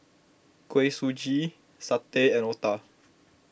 Kuih Suji Satay and Otah